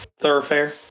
thoroughfare